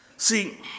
See